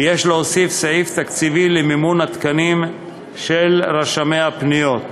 ויש להוסיף סעיף תקציבי למימון התקנים של רשמי הפניות.